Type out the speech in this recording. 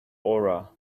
aura